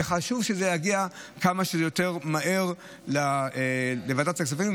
וחשוב שזה יגיע כמה שיותר מהר לוועדת הכספים,